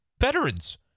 veterans